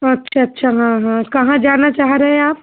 अच्छा अच्छा हाँ हाँ कहाँ जाना चाह रहे आप